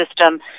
system